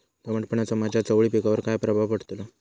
दमटपणाचा माझ्या चवळी पिकावर काय प्रभाव पडतलो?